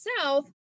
south